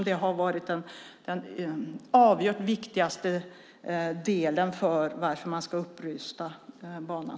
Det har varit den avgjort viktigaste delen när det gäller varför man ska upprusta banan.